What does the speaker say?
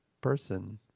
person